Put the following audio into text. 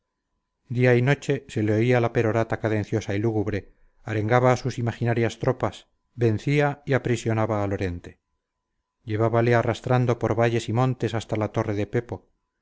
día y noche se le oía la perorata cadenciosa y lúgubre arengaba a sus imaginarias tropas vencía y aprisionaba a lorente llevábale arrastrando por valles y montes hasta la torre de pepo